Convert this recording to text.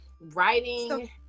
writing